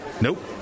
Nope